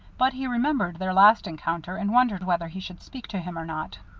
but he remembered their last encounter and wondered whether he should speak to him or not.